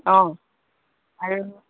অঁ আৰু